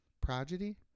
Prodigy